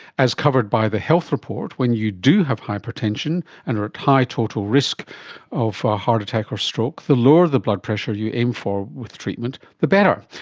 as covered by the health report, when you do have hypertension and are at high total risk of heart attack or stroke, the lower the blood pressure you aim for with treatment the better.